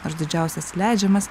nors didžiausias leidžiamas